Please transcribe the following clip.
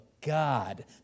God